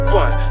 one